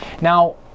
Now